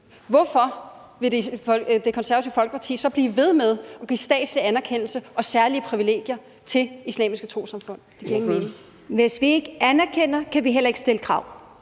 Hvorfor vil Det Konservative Folkeparti så blive ved med at give statslig anerkendelse og særlige privilegier til islamiske trossamfund? Det giver ingen mening. Kl.